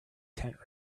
tent